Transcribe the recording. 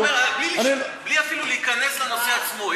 לא, בלי אפילו להיכנס לנושא עצמו.